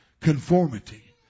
conformity